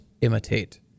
imitate